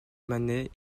manet